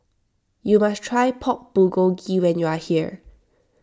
you must try Pork Bulgogi when you are here